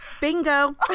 bingo